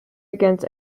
against